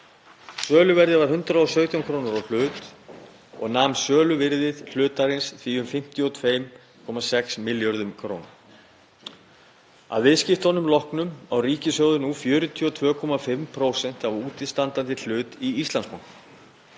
Söluverðið var 117 kr. á hlut og nam söluvirði hlutarins því um 52,6 milljörðum kr. Að viðskiptunum loknum á ríkissjóður nú 42,5% af útistandandi hlut í Íslandsbanka.